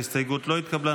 ההסתייגות לא התקבלה.